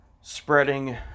spreading